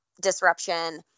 disruption